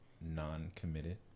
non-committed